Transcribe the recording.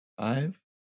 five